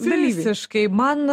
visiškai man